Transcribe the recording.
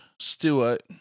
Stewart